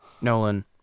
Nolan